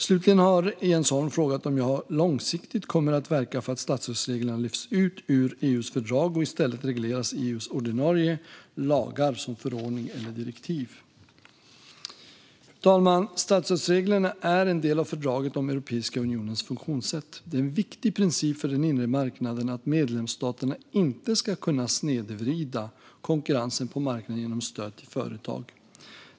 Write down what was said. Slutligen har Jens Holm frågat om jag långsiktigt kommer att verka för att statsstödsreglerna lyfts ut ur EU:s fördrag och i stället regleras i EU:s ordinarie lagar som förordning eller direktiv. Fru talman! Statsstödsreglerna är en del av fördraget om Europeiska unionens funktionssätt. Det är en viktig princip för den inre marknaden att medlemsstaterna inte ska kunna snedvrida konkurrensen på marknaden genom stöd till företag.